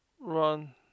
run